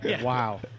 Wow